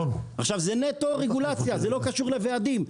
זה נטו רגולציה, זה לא קשור לוועדים.